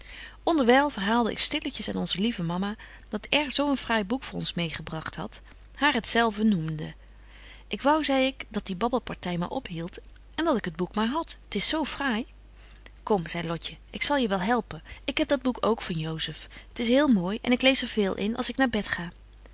onderwyl verhaalde ik stilletjes aan onze lieve mama dat r zo een fraai boek voor ons meêgebragt hadt haar hetzelve noemende ik wou zei ik dat die babbelparty maar ophieldt en dat ik het boek maar had t is zo fraai kom zei lotje ik zal je wel helpen ik heb dat boek ook van josep t is heel mooi en ik lees er veel in als ik naar bed ga